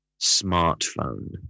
smartphone